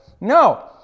No